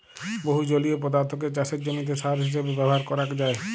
বহু জলীয় পদার্থকে চাসের জমিতে সার হিসেবে ব্যবহার করাক যায়